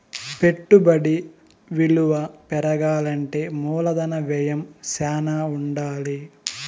పెట్టుబడి విలువ పెరగాలంటే మూలధన వ్యయం శ్యానా ఉండాలి